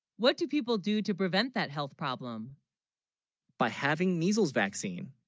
what do people do to prevent that health problem by having measles vaccine,